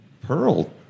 pearl